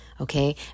Okay